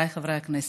חבריי חברי הכנסת,